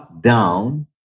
down